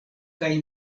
kaj